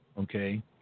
okay